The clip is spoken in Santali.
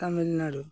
ᱛᱟᱢᱤᱞᱱᱟᱲᱩ